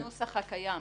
בנוסח הקיים,